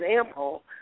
example